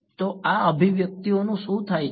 તો આ અભિવ્યક્તિઓનું શું થાય છે